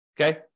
okay